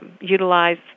utilize